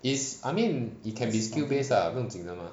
is I mean it can be skill based ah 不用紧的吗